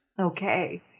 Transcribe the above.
Okay